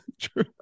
True